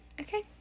Okay